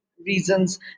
reasons